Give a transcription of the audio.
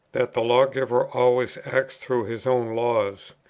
that the lawgiver always acts through his own laws,